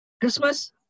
Christmas